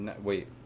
wait